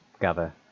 gather